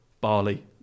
barley